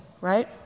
right